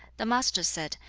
the master said,